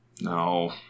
no